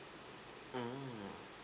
mm